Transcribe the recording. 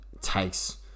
takes